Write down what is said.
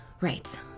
Right